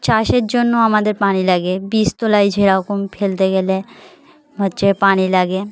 চাষের জন্য আমাদের পানি লাগে বিজ তোলায় যেরকম ফেলতে গেলে হচ্ছে পানি লাগে